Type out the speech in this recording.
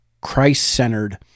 Christ-centered